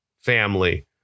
family